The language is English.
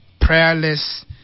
prayerless